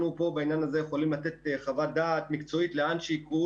בעניין הזה אנחנו יכולים להגיע לאן שיקראו